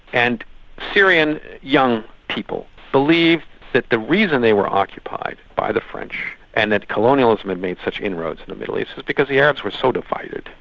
and syrian young people believed that the reason they were occupied by the french and that colonialism had made such inroads in the middle east is because the arabs were so divided.